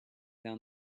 down